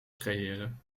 creëren